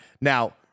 Now